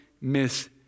miss